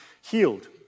healed